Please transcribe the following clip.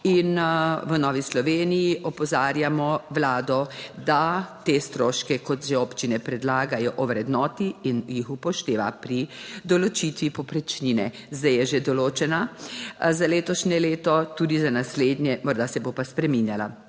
in v Novi Sloveniji opozarjamo Vlado, da te stroške, kot že občine predlagajo, ovrednoti in jih upošteva pri določitvi povprečnine. Zdaj je že določena za letošnje leto, tudi za naslednje, morda se bo pa spreminjala.